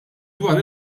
dwar